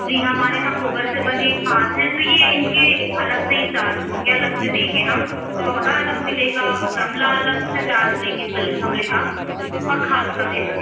जी हमारे यहाँ गोबर से बनी खाद हैं तो ये इनके अलग से ही चार्ज होंगे अलग से देंगे हम पौधा अलग मिलेगा गमला अलग से चार्ज लेंगे गमले का और खाद का भी अलग